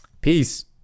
Peace